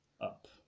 up